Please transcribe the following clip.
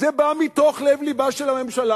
זה בא מתוך לב לבה של הממשלה,